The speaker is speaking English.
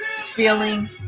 Feeling